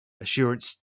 assurance